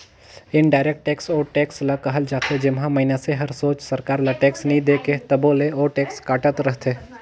indirect tax ओ tax ल कहल जाथे जेम्हां मइनसे हर सोझ सरकार ल टेक्स नी दे तबो ले ओ टेक्स कटत रहथे